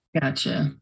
Gotcha